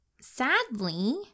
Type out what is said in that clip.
sadly